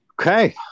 Okay